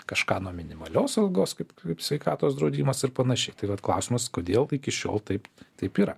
kažką nuo minimalios algos kaip kaip sveikatos draudimas ir panašiai tai vat klausimas kodėl iki šiol taip taip yra